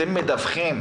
אתם מדווחים